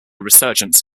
resurgence